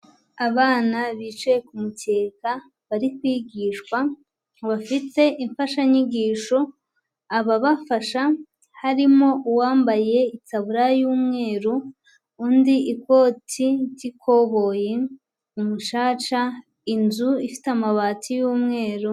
Abana bicaye ku mukeka bari kwigishwa, bafite imfashanyigisho ababafasha harimo uwambaye itaburiya y'umweru, undi ikoti ry'ikoboyi, umucaca, inzu ifite amabati y'umweru.